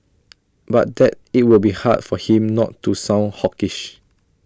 but that IT will be hard for him not to sound hawkish